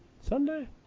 Sunday